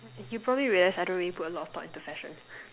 you probably realize I don't really put a lot of thought into fashion